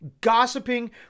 gossiping